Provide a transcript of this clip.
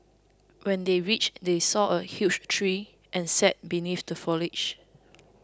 when they reached they saw a huge tree and sat beneath the foliage